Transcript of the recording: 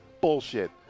Bullshit